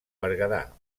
berguedà